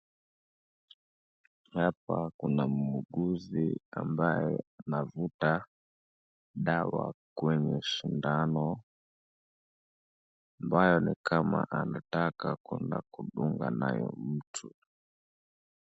Hapa kuna muuguzi ambaye anavuta dawa kwenye sindano, ambayo nikama anataka kwenda kudunga nayo mtu.